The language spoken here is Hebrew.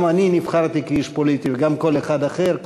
גם אני נבחרתי כאיש פוליטי וגם כל אחד אחר,